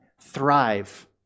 Thrive